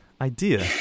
idea